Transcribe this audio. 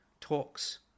talks